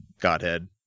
Godhead